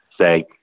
say